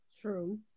True